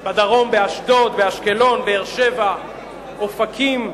בדרום, באשדוד, באשקלון, באר-שבע, אופקים,